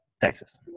Texas